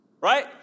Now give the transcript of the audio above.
Right